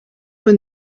when